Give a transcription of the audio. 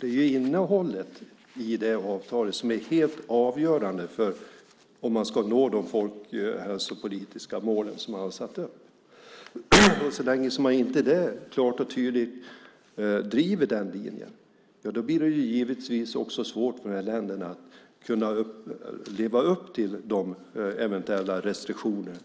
Det är innehållet i det avtalet som är helt avgörande för om man ska nå de folkhälsopolitiska mål som man har satt upp. Så länge man inte klart och tydligt driver den linjen blir det givetvis svårt för de här länderna att kunna leva upp till de eventuella restriktioner